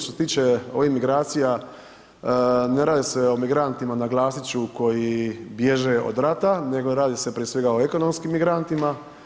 Što se tiče ovih migracija ne radi se o migrantima naglasiti ću koji bježe od rata nego radi se prije svega o ekonomskim migrantima.